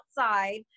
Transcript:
outside